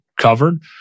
covered